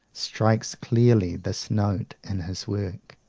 strikes clearly this note in his work.